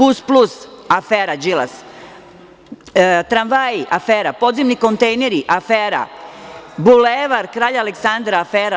Bus-plus afera Đilas, tramvaji afera, podzemni kontejneri afera, Bulevar Kralja Aleksandra afera.